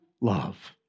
love